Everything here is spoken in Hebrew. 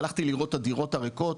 הלכתי לראות את הדירות הריקות,